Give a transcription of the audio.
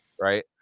right